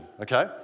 Okay